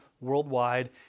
worldwide